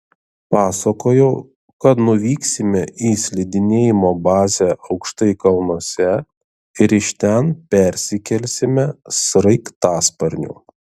pasakojau kad nuvyksime į slidinėjimo bazę aukštai kalnuose ir iš ten persikelsime sraigtasparniu